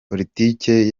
politike